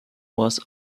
was